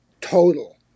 total